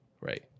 Right